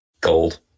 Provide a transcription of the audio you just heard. Gold